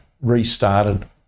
restarted